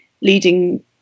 leading